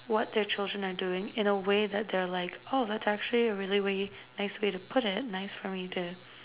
what their children are doing in a way that they're like oh that's actually a really way nice way to put it nice for me to